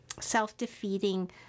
self-defeating